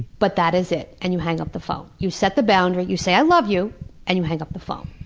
but that is it. and you hang up the phone. you set the boundary, you say i love you and you hang up the phone,